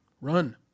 Run